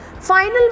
final